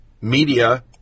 media